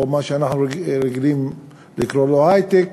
או מה שאנחנו רגילים לקרוא לו היי-טק.